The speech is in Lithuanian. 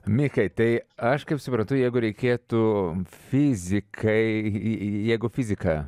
mikai tai aš kaip suprantu jeigu reikėtų fizikai į jeigu fizika